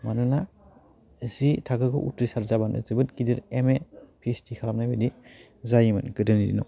मानोना जि थाखोखौ उथ्रिसार जाबानो जोबोर गिदेर एमए फिओइसदि खालामनाय बायदि जायोमोन गोदोनि दिनाव